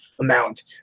amount